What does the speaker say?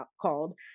called